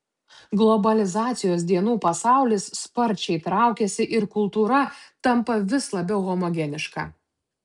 globalizacijos dienų pasaulis sparčiai traukiasi ir kultūra tampa vis labiau homogeniška